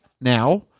now